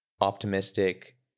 optimistic